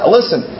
Listen